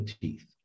teeth